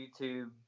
YouTube